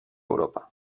europa